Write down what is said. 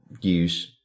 use